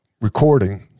recording